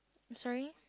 I'm sorry